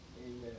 Amen